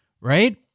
right